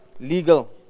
Legal